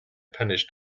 punished